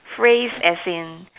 phrase as in